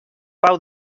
pau